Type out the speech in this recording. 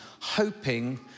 hoping